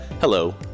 Hello